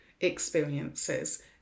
experiences